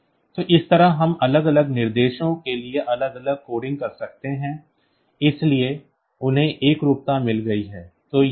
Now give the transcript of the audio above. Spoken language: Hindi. तो इस तरह हम अलग अलग निर्देशों के लिए अलग अलग कोडिंग कर सकते हैं इसलिए उन्हें एकरूपता मिल गई है